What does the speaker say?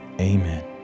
Amen